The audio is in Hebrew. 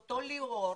אותו ליאור